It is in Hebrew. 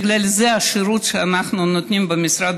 בגלל זה השירות שאנחנו נותנים במשרד